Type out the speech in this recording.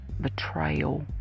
betrayal